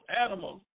animals